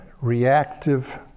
reactive